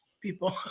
people